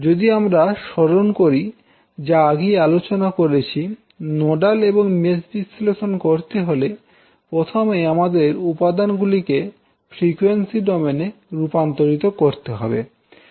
যদি আমরা স্মরণ করি যা আগেই আলোচনা করেছি নোডাল এবং মেশ বিশ্লেষণ করতে হলে প্রথমে আমাদের উপাদানগুলিকে ফ্রিকোয়েন্সি ডোমেনে রূপান্তরিত করতে হবে